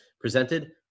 presented